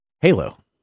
Halo